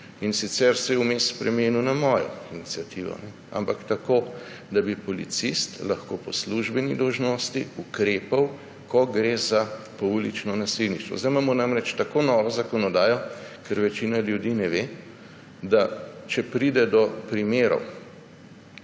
in sicer se je vmes spremenil na mojo iniciativo, ampak tako, da bi policist lahko po službeni dolžnosti ukrepal, ko gre za poulično nasilništvo. Zdaj imamo namreč tako novo zakonodajo, česar večina ljudi ne ve, da če pride do primerov